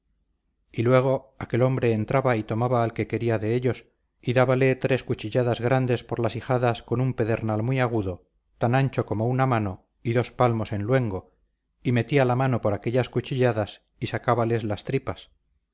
y luego aquel hombre entraba y tomaba al que quería de ellos y dábales tres cuchilladas grandes por las ijadas con un pedernal muy agudo tan ancho como una mano y dos palmos en luengo y metía la mano por aquellas cuchilladas y sacábales las tripas